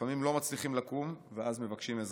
לפעמים לא מצליחים לקום, ואז מבקשים עזרה.